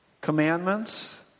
Commandments